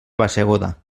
bassegoda